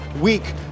weak